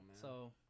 So-